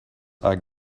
are